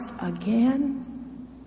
again